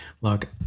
look